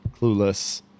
Clueless